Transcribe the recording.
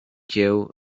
kieł